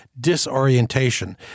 disorientation